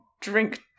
Drink